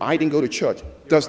i didn't go to church does